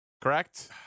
correct